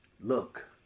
Look